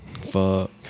Fuck